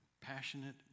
passionate